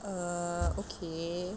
err okay